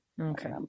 Okay